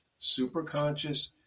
Superconscious